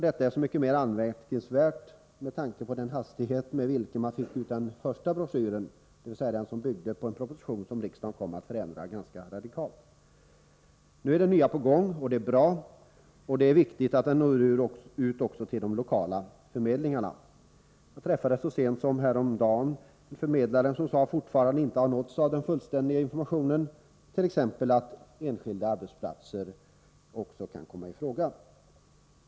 Detta är så mycket mer anmärkningsvärt med tanke på den hastighet med vilken man fick ut den första broschyren, dvs. den som byggde på en proposition som riksdagen kom att förändra ganska radikalt. Nu är den nya broschyren på gång, och det är bra. Det är viktigt att den når ut också till de lokala förmedlingarna. Jag träffade så sent som häromdagen förmedlare som sade att de fortfarande inte har nåtts av den fullständiga informationen, t.ex. att enskilda arbetsplatser också kan komma i fråga.